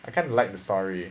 I kind of liked the story